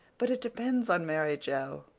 but it depends on mary joe.